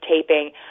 taping